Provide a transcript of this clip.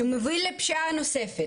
שמוביל לפשיעה נוספת,